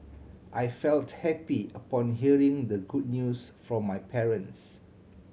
I felt happy upon hearing the good news from my parents